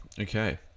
Okay